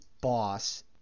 boss